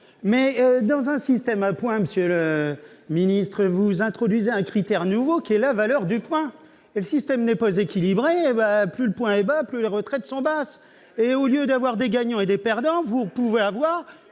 dans un système par points, vous introduisez un critère nouveau, qui est la valeur du point. Si le système n'est pas équilibré, plus le point est bas, plus les retraites sont basses et, au lieu d'avoir des gagnants et des perdants, vous pouvez n'avoir